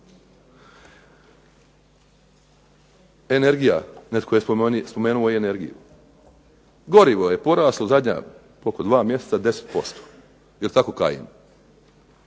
Energija, netko je spomenuo energiju. Gorivo je poraslo u zadnja 2 mjeseca 10%. Jel tako Kajin?